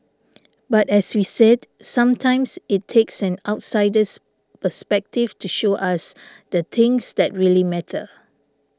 but as we said sometimes it takes an outsider's perspective to show us the things that really matter